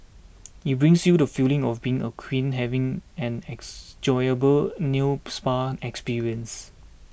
it brings you the feeling of being a queen having an nail spa experience